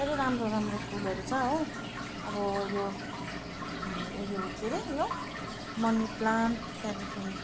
साह्रै राम्रो राम्रो फुलहरू छ हो अब यो उयो के अरे यो मनि प्लान्ट त्यहाँदेखि